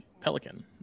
Pelican